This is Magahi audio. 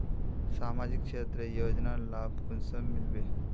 सामाजिक क्षेत्र योजनार लाभ कुंसम मिलबे?